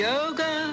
Yoga